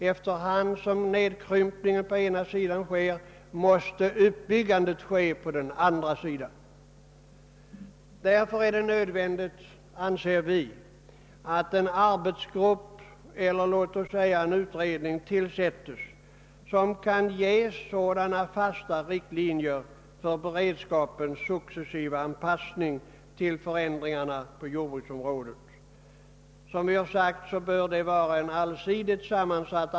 Efter hand som nedprutningen av den ena sidan sker måste ett uppbyggande äga rum på den andra sidan. Vi anser därför att det är nödvändigt att en arbetsgrupp eller utredning tillsättes, som kan utforma fasta riktlinjer för beredskapens successiva anpassning till förändringarna på jordbruksområdet. Denna arbetsgrupp bör, såsom vi framhållit, vara allsidigt sammansatt.